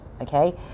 okay